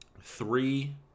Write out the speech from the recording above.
Three